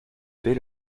paix